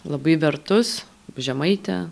labai vertus žemaitė